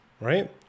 right